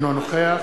אינו נוכח